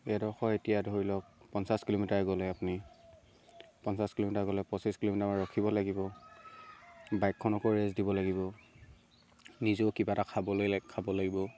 এডোখৰ এতিয়া ধৰি লওক পঞ্চাছ কিলোমিটাৰ গ'লে আপুনি পঞ্চাছ কিলোমিটাৰ গ'লে পঁচিছ কিলোমিটাৰ আমাৰ ৰখিব লাগিব বাইকখনকো ৰেষ্ট দিব লাগিব নিজেও কিবা এটা খাবলৈ খাব লাগিব